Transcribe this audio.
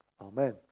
Amen